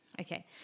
Okay